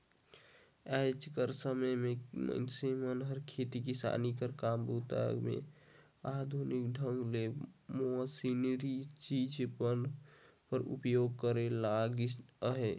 आएज कर समे मे मइनसे मन खेती किसानी कर काम बूता मे आधुनिक ढंग ले मसीनरी चीज मन कर उपियोग करे लगिन अहे